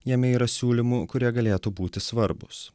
jame yra siūlymų kurie galėtų būti svarbūs